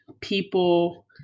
people